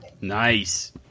Nice